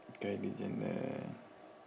kylie jenner